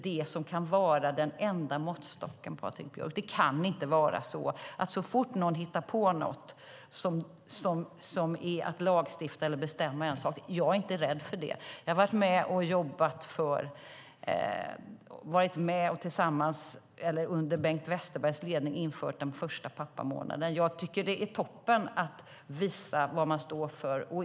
Det kan inte vara den enda måttstocken, Patrik Björck. Det kan inte vara så att så fort någon hittar på något ska vi lagstifta för att bestämma en sak. Jag är dock inte rädd för det. Jag var med under Bengt Westerbergs ledning då man införde den första pappamånaden. Jag tycker att det är toppen att visa vad man står för.